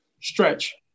Stretch